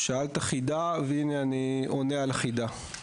שאלת חידה, והינה אני עונה על החידה.